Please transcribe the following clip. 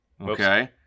okay